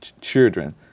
children